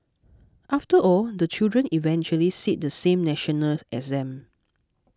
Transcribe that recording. after all the children eventually sit the same national exam